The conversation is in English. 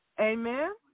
Amen